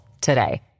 today